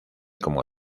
como